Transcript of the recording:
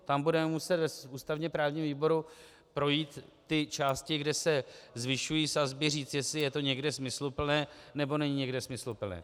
Tam budeme muset v ústavněprávním výboru projít ty části, kde se zvyšují sazby, a říct, jestli je to někde smysluplné, nebo není někde smysluplné.